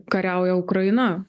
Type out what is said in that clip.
kariauja ukraina